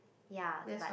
ya but